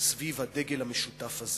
סביב הדגל המשותף הזה.